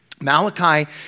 Malachi